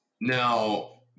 Now